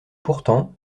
pourtant